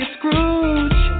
Scrooge